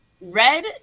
red